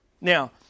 Now